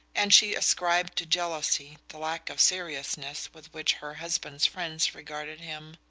and she ascribed to jealousy the lack of seriousness with which her husband's friends regarded him.